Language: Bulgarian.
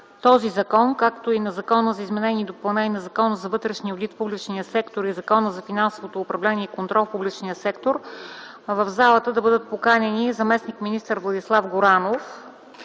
този законопроект, както и на законопроектите за изменение и допълнение на Закона за вътрешния одит в публичния сектор и на Закона за финансовото управление и контрол в публичния сектор - в залата да бъдат поканени заместник-министър Владислав Горанов,